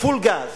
"פול גז".